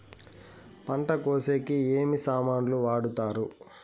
పంట కోసేకి ఏమి సామాన్లు వాడుతారు?